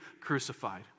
crucified